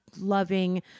loving